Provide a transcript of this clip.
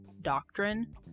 doctrine